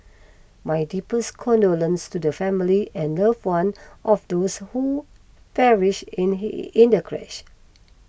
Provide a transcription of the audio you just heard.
my deepest condolences to the families and love one of those who perished in the crash